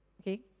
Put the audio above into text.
Okay